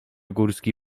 górski